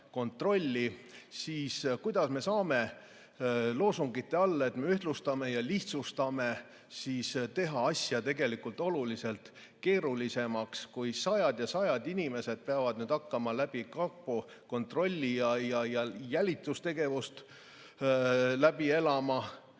taustakontrolli. Kuidas me saame loosungite all, et me ühtlustame ja lihtsustame, teha asja tegelikult oluliselt keerulisemaks, sest sajad ja sajad inimesed peavad nüüd hakkama kapo kontrolli ja jälitustegevust läbi elama?